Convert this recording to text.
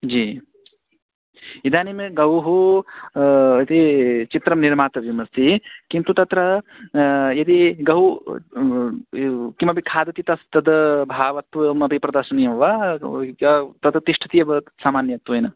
जी इदानीं गौः इति चित्रं निरमातव्यमस्ति किन्तु तत्र यदि गौः व् व् किमपि खादति तस् तद् भावत्वमपि प्रदर्शनीयं वा व् य् तत् तिष्ठति एव सामान्यत्वेन